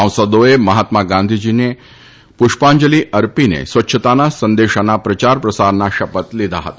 સાંસદોએ મહાત્મા ગાંધીજીના પુષ્પાંજલી અર્પીનાસ્વચ્છતાના સંદેશાના પ્રચાર પ્રસારના શપથ લીધા હતા